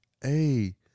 Hey